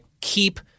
keep